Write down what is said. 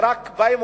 אנחנו רק אומרים,